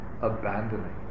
abandoning